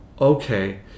okay